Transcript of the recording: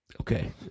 Okay